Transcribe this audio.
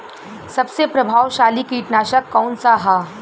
सबसे प्रभावशाली कीटनाशक कउन सा ह?